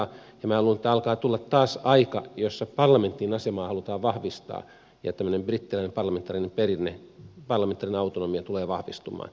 minä luulen että alkaa tulla taas aika jossa parlamenttien asemaa halutaan vahvistaa ja tämmöinen brittiläinen parlamentaarinen perinne parlamentaarinen autonomia tulee vahvistumaan